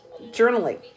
Journaling